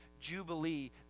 jubilee